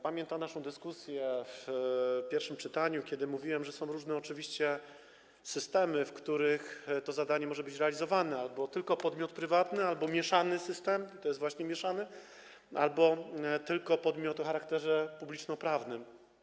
Pamiętam naszą dyskusję podczas pierwszego czytania, kiedy mówiłem, że są oczywiście różne systemy, w ramach których to zadanie może być realizowane: albo tylko podmiot prywatny, albo mieszany system - to jest właśnie mieszany - albo tylko podmiot o charakterze publicznoprawnym.